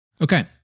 Okay